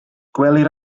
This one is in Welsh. gwelir